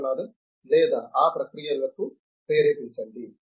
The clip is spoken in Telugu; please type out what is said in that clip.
విశ్వనాథన్ లేదా ఆ ప్రక్రియలను ప్రేరేపించండి